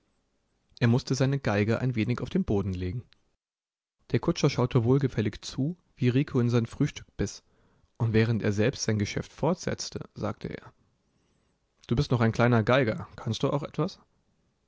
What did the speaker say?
er mußte seine geige ein wenig auf den boden legen der kutscher schaute wohlgefällig zu wie rico in sein frühstück biß und während er selbst sein geschäft fortsetzte sagte er du bist noch ein kleiner geiger kannst du auch etwas